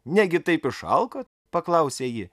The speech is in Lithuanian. negi taip išalkot paklausė ji